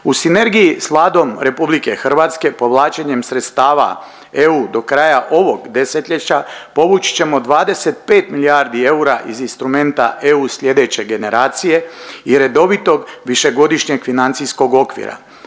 U sinergiji sa Vladom Republike Hrvatske, povlačenjem sredstava EU do kraja ovog desetljeća povući ćemo 25 milijardi eura iz instrumenta EU sljedeće generacije i redovitog višegodišnjeg financijskog okvira.